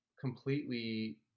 completely